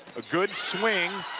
a good swing.